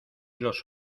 los